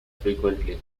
frequently